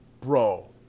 bro